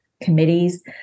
committees